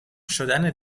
شدن